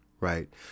right